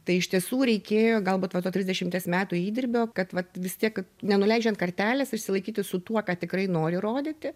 tai iš tiesų reikėjo galbūt va to trisdešimties metų įdirbio kad vat vis tiek nenuleidžiant kartelės išsilaikyti su tuo ką tikrai nori rodyti